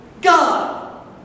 God